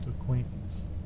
acquaintance